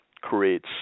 creates